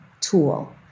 tool